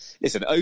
listen